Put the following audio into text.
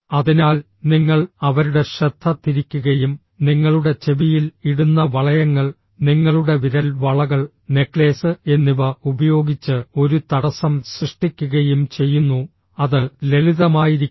അതിനാൽ നിങ്ങൾ അവരുടെ ശ്രദ്ധ തിരിക്കുകയും നിങ്ങളുടെ ചെവിയിൽ ഇടുന്ന വളയങ്ങൾ നിങ്ങളുടെ വിരൽ വളകൾ നെക്ലേസ് എന്നിവ ഉപയോഗിച്ച് ഒരു തടസ്സം സൃഷ്ടിക്കുകയും ചെയ്യുന്നു അത് ലളിതമായിരിക്കണം